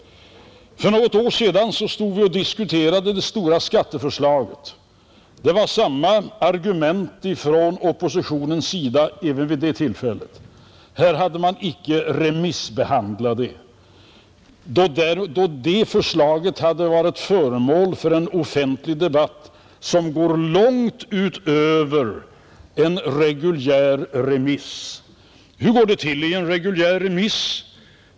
För något år sedan diskuterade vi det stora skatteförslaget. Samma argument framfördes från oppositionens sida även vid det tillfället; ärendet hade inte remissbehandlats. Det sade man trots att förslaget varit föremål för en offentlig debatt som gick långt utöver en reguljär remiss. Hur går det då till vid en reguljär remiss?